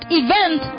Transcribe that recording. event